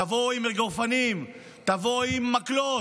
תבוא עם אגרופנים, תבוא עם מקלות,